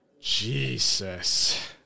Jesus